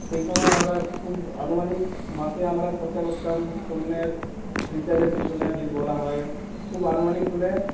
সেই সময় আমরা খুব আনুমানিক মাসে আমরা খরচা করতাম ফোনের রিচার্জের পিছনে যদি বলা হয় খুব আনুমানিক হলে